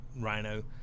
rhino